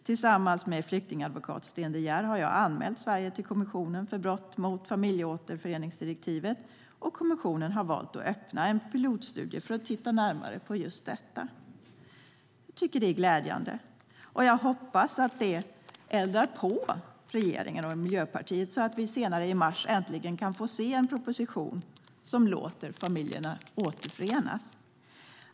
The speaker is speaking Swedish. Tillsammans med flyktingadvokat Sten De Geer har jag anmält Sverige till kommissionen för brott mot familjeåterföreningsdirektivet, och kommissionen har valt att öppna en pilotstudie för att titta närmare på just detta. Jag tycker att det är glädjande och jag hoppas att det eldar på regeringen och Miljöpartiet så att vi senare i mars äntligen kan få se en proposition som låter familjerna återförenas.